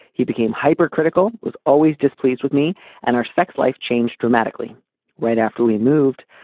he became hypercritical was always displeased with me and our sex life changed dramatically right after we moved.